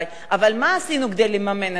אבל מה עשינו כדי לממן את החוק הזה?